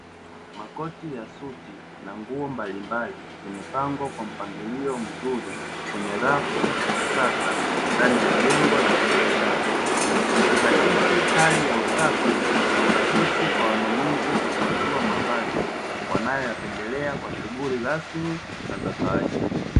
Makoti ya suti na nguo mbalimbali zimepangwa kwa mpangilio mzuri, kwenye rafu za kisasa kwenye jengo la kibiashara, zikiakisi hali ya usafi na urahisi kwa wanunuzi kuchagua mavazi wanayo yapendelea katika shughuli rasmi na za kawaida.